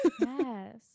Yes